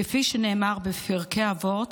כפי שנאמר בפרקי אבות,